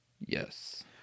Yes